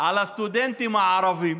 על הסטודנטים הערבים?